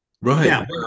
Right